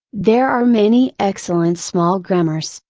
there are many excellent small grammars,